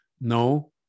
No